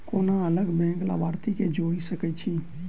कोना अलग बैंकक लाभार्थी केँ जोड़ी सकैत छी?